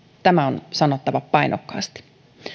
tämä on sanottava painokkaasti